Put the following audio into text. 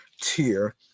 tier